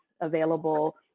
available